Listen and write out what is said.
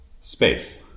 space